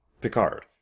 Picard